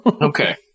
Okay